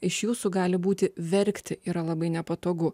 iš jūsų gali būti verkti yra labai nepatogu